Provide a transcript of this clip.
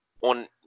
on